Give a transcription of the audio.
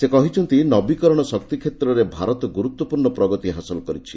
ସେ କହିଛନ୍ତି ନବିକରଣ ଶକ୍ତି କ୍ଷେତ୍ରରେ ଭାରତ ଗୁରୁତ୍ୱପୂର୍ଣ୍ଣ ପ୍ରଗତି ହାସଲ କରିଛି